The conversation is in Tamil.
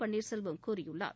பன்னீா செல்வம் கூறியுள்ளார்